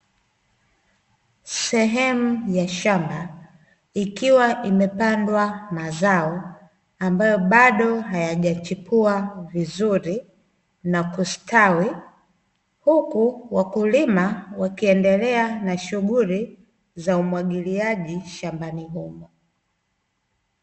Sehemu ya shamba, ikiwa imepandwa mazao ambayo bado hayajachipua vizuri na kustawi, huku wakulima wakiendelea na shughuli za umwagiliaji shambani humo.